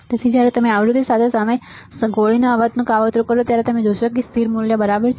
તેથી જ્યારે તમે આવૃતિ સામે ગોળીનો અવાજનું કાવતરું કરો છો ત્યારે તમે જોશો કે તેનું સ્થિર મૂલ્ય બરાબર છે